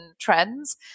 trends